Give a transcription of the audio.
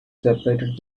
separated